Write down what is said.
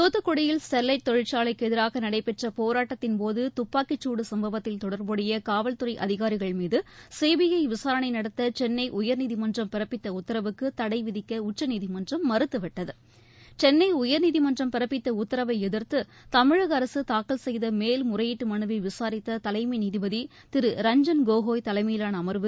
தூத்துக்குடியில் ஸ்டெர்வைட் தொழிற்சாலைக்கு எதிராக நடைபெற்ற போராட்டத்தின் போது துப்பாக்கி சூடு சுப்பவத்தில் தொடர்புடைய காவல்துறை அதிகாரிகள் மீது சீபிஐ விசாரணை நடத்த சென்னை உயர்நீதிமன்றம் பிறப்பித்த உத்தரவுக்கு தடை விதிக்க உச்சநீதிமன்றம் மறுத்துவிட்டது சென்னை உயர்நீதிமன்றம் பிறப்பித்த உத்தரவை எதிர்த்து தமிழக அரசு தாக்கல் செய்த மேல் முறையீட்டு மனுவை விசாரித்த தலைமை நீதிபதி திரு ரஞ்ஜன் கோகோய் தலைமையிலான அமா்வு